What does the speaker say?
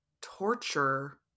torture